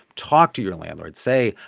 talk to your landlord. say,